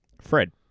Fred